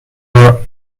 our